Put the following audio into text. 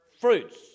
Fruits